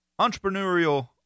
entrepreneurial